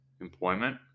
employment